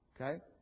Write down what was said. Okay